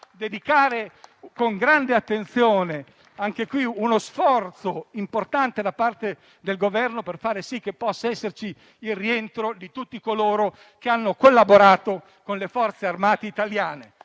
dedicare grande attenzione. Occorre uno sforzo importante da parte del Governo per fare sì che possa esserci il rientro di tutti coloro che hanno collaborato con le Forze armate italiane.